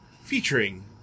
featuring